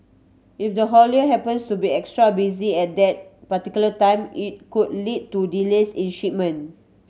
if the haulier happens to be extra busy at that particular time it could lead to delays in shipment